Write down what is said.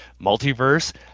multiverse